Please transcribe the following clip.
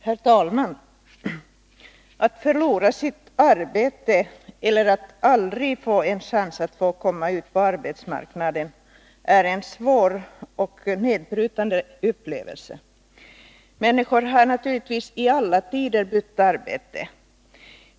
Herr talman! Att förlora sitt arbete eller att aldrig få en chans att komma ut på arbetsmarknaden är en svår och nedbrytande upplevelse. Människor har naturligtvis i alla tider bytt arbete.